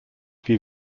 wie